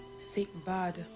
sick bad.